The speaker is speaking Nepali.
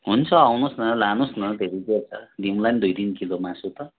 हुन्छ आउनु होस् न लानु होस् न फेरि के छ दिउँला नि दुई तिन किलो मासु त